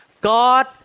God